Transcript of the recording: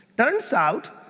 turns out,